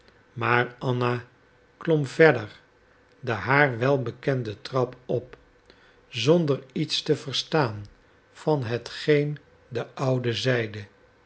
maar anna klom verder de haar wel bekende trap op zonder iets te verstaan van hetgeen de oude zeide